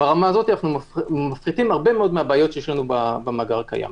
כך אנחנו מפחיתים הרבה מאוד מהבעיות שיש לנו במאגר הקיים.